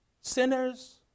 Sinners